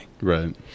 Right